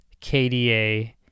KDA